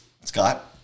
Scott